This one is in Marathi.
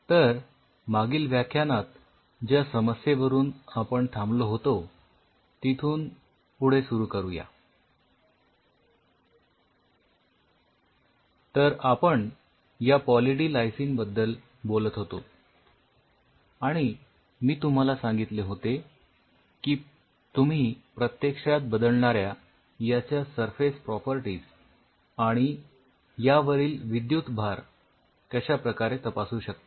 तर आपण या पॉली डी लायसिन बद्दल बोलत होतो आणि मी तुम्हाला सांगितले होते की तुम्ही प्रत्यक्षात बदलणाऱ्या याच्या सरफेस प्रॉपर्टीज आणि यावरील विद्युतभार कश्या प्रकारे तपासू शकता